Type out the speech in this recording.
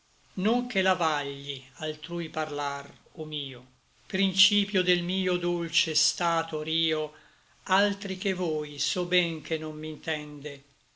che l'avagli altrui parlar o mio principio del mio dolce stato rio altri che voi so ben che non m'intende